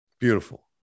Beautiful